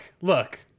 look